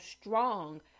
strong